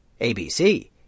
ABC